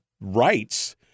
rights